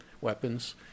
weapons